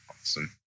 Awesome